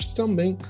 também